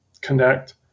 connect